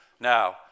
Now